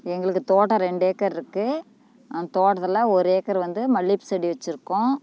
எங்களுக்கு தோட்டம் ரெண்டு ஏக்கர்ருக்கு அந்த தோட்டத்தில் ஒரு ஏக்கர் வந்து மல்லிகைப்பூ செடி வச்சுருக்கோம்